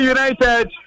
United